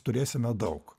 turėsime daug